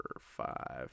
five